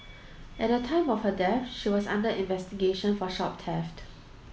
at the time of her death she was under investigation for shop theft